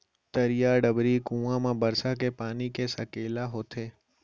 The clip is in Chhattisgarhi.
तरिया, डबरी, कुँआ म बरसा के पानी के सकेला होथे